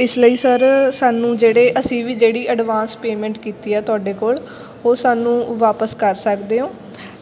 ਇਸ ਲਈ ਸਰ ਸਾਨੂੰ ਜਿਹੜੇ ਅਸੀਂ ਵੀ ਜਿਹੜੀ ਅਡਵਾਂਸ ਪੇਮੈਂਟ ਕੀਤੀ ਆ ਤੁਹਾਡੇ ਕੋਲ ਉਹ ਸਾਨੂੰ ਵਾਪਸ ਕਰ ਸਕਦੇ ਹੋ